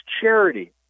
charity